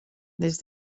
des